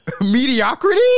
Mediocrity